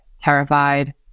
terrified